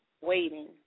waiting